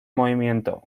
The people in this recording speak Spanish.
movimiento